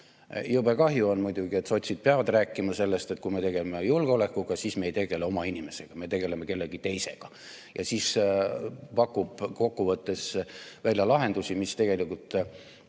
Jube kahju on muidugi, et sotsid peavad rääkima sellest, et kui me tegeleme julgeolekuga, siis me ei tegele oma inimestega, me tegeleme kellegi teisega. Ja siis nad pakuvad kokkuvõttes välja lahendusi, mis tegelikult